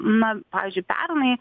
na pavyzdžiui pernai